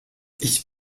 ich